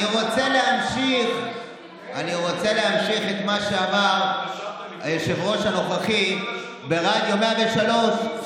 אני רוצה להמשיך את מה שאמר היושב-ראש הנוכחי ברדיו 103,